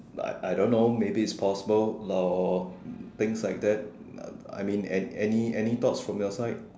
but I I don't know maybe is possible or things like that I mean any any thoughts from your side